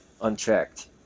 unchecked